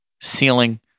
ceiling